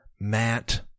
Matt